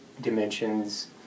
dimensions